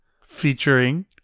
featuring